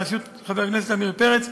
בראשות חבר הכנסת עמיר פרץ,